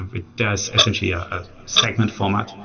it does essentially a segment format.